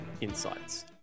Insights